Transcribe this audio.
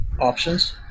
options